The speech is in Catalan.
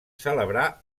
celebrar